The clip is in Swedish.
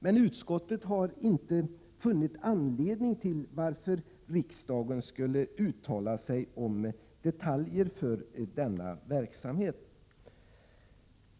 Men utskottet har inte funnit någon anledning till att riksdagen skulle uttala sig om detaljer för denna verksamhet.